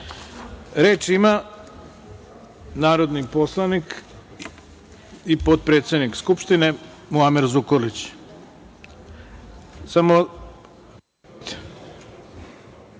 ima narodni poslanik i potpredsednik Skupštine, Muamer Zukorlić.